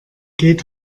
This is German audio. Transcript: geht